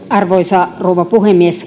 arvoisa rouva puhemies